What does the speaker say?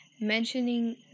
mentioning